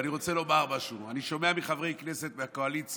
אני רוצה לומר משהו: אני שומע מחברי כנסת מהקואליציה,